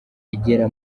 igera